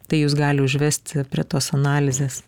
tai jus gali užvesti prie tos analizės